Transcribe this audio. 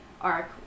arc